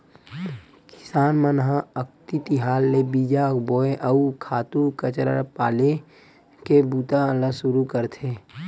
किसान मन ह अक्ति तिहार ले बीजा बोए, अउ खातू कचरा पाले के बूता ल सुरू करथे